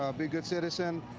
be good citizens,